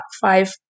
five